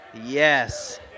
Yes